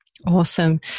Awesome